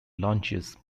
launches